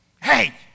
Hey